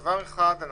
דבר אחד,